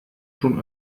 schon